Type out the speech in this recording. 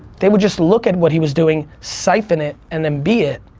they would just look at what he was doing, siphon it, and then be it,